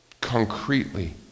concretely